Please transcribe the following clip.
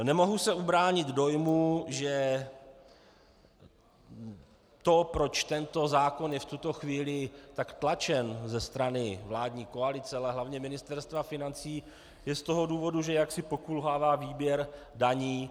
Nemohu se ubránit dojmu, že to, proč tento zákon je v tuto chvíli tak tlačen ze strany vládní koalice, ale hlavně Ministerstva financí, je z toho důvodu, že jaksi pokulhává výběr daní.